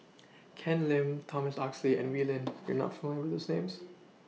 Ken Lim Thomas Oxley and Wee Lin YOU not familiar with These Names